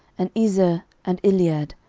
and ezer, and elead,